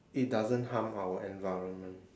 it doesn't harm our environment